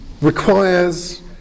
requires